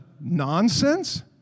nonsense